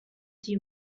die